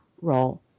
role